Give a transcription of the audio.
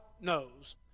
knows